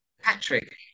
Patrick